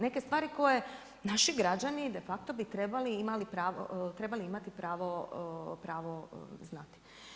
Neke stvari koje naši građani de facto bi trebali, trebali imati pravo znati.